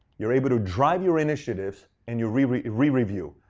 you're able to drive your initiatives, and you, re-remind. review,